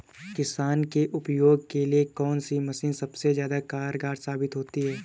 किसान के उपयोग के लिए कौन सी मशीन सबसे ज्यादा कारगर साबित होती है?